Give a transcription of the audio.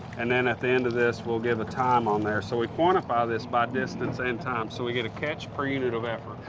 and then at the end of this, we'll give a time on there. so we quantify this by distance and time. so we get a catch per unit of effort.